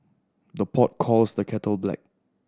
the pot calls the kettle black